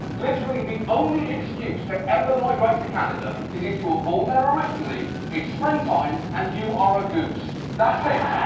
literally the only excuse to ever migrate to canada is if you were born there originally, it's springtime, and you are a goose. that's it.